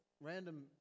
random